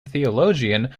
theologian